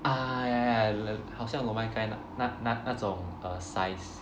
ah ya ya ya li~ 好像 lo mai gai 那那那种 uh size